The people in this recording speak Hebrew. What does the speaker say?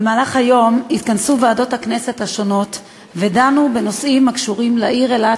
במהלך היום התכנסו ועדות הכנסת השונות ודנו בנושאים הקשורים לעיר אילת,